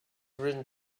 written